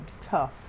tough